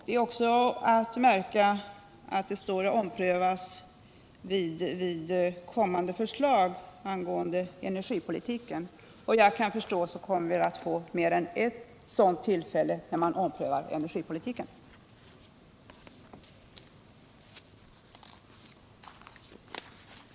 Det är också att märka att det står att detta kan omprövas i samband med kommande förslag angående energipolitiken. Såvitt jag kan förstå kommer vi att få mer än ett sådant tillfälle när man omprövar energipolitiken.